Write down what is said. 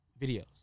videos